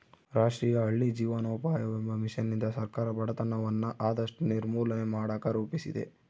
ರಾಷ್ಟ್ರೀಯ ಹಳ್ಳಿ ಜೀವನೋಪಾಯವೆಂಬ ಮಿಷನ್ನಿಂದ ಸರ್ಕಾರ ಬಡತನವನ್ನ ಆದಷ್ಟು ನಿರ್ಮೂಲನೆ ಮಾಡಕ ರೂಪಿಸಿದೆ